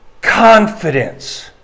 confidence